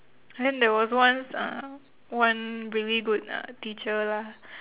then there was once uh one really good uh teacher lah